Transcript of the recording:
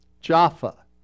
Jaffa